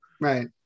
right